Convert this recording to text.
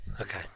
Okay